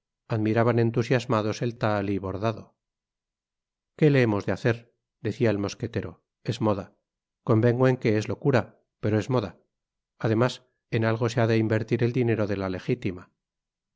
admiraban entusiasmados el tahalí bordado qué le hemos de hacer decía el mosquetero es moda eonvengo en que es locura pero es moda además en algo se ha de invertir el dinero de la